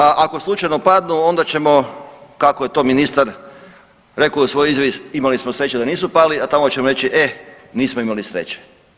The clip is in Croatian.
Ako slučajno padnu, onda ćemo kako je to ministar rekao u svojoj izjavi imali smo sreće da nisu pali, a tamo ćemo reći e nismo imali sreće.